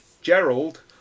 Gerald